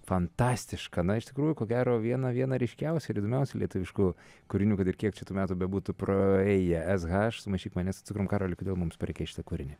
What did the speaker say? fantastišką na iš tikrųjų ko gero vieną vieną ryškiausių ir įdomios lietuviškų kūrinių kad ir kiek čia metų bebūtų praėję s haš sumaišyk mane su cukrum karoli kodėl mums parinkai šitą kūrinį